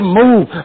move